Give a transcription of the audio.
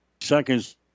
seconds